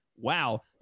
wow